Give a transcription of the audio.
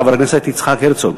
חבר הכנסת יצחק הרצוג.